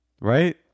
right